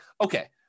Okay